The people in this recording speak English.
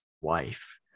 wife